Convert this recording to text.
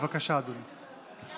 בבקשה, אדוני.